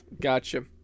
Gotcha